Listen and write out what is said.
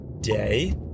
day